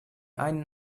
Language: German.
einen